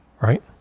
right